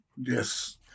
Yes